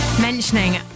mentioning